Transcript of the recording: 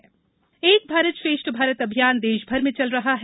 एक भारत श्रेष्ठ भारत एक भारत श्रेष्ठ भारत अभियान देश भर में चल रहा है